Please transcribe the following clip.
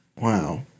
Wow